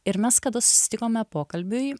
ir mes kada susitikome pokalbiui